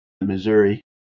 Missouri